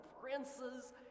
princes